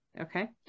Okay